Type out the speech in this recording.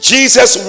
Jesus